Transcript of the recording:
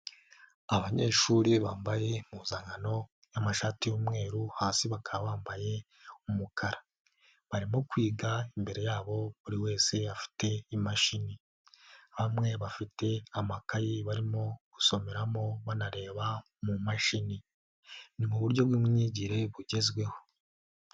Abanyeshuri bambaye impuzankano y'amashati y'umweru hasi bakaba bambaye umukara. Barimo kwiga imbere yabo buri wese afite imashini. Bamwe bafite amakaye barimo gusomeramo banareba mu mashini. Ni mu buryo bw'imyigire bugezweho.